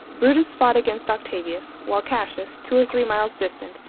brutus fought against octavius while cassius, two or three miles distant,